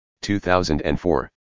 2004